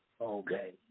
Okay